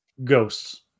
ghosts